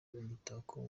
umutako